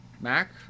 Mac